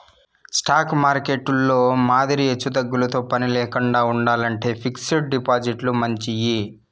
stock మార్కెట్టులో మాదిరి ఎచ్చుతగ్గులతో పనిలేకండా ఉండాలంటే ఫిక్స్డ్ డిపాజిట్లు మంచియి